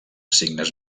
signes